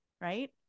right